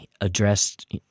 addressed